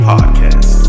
Podcast